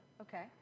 Okay